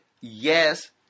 yes